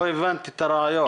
לא הבנתי את הרעיון.